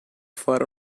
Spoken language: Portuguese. fora